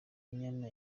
munyana